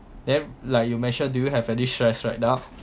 then like you mentioned do you have any stress right now